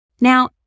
Now